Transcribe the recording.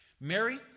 Mary